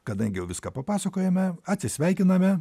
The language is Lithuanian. kadangi jau viską papasakojome atsisveikiname